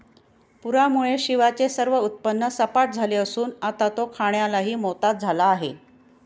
पूरामुळे शिवाचे सर्व उत्पन्न सपाट झाले असून आता तो खाण्यालाही मोताद झाला आहे